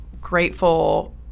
grateful